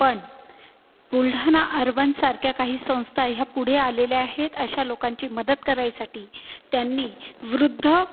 पण बुलढाना अर्बनसारख्या काही संस्था ह्या पुढे आलेल्या आहेत अशा लोकांची मदत करायसाठी त्यांनी वृद्ध